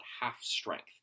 half-strength